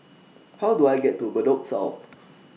How Do I get to Bedok South